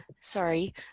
Sorry